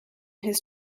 this